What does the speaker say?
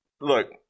look